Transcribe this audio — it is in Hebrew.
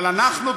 אבל אנחנו,